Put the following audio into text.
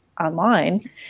online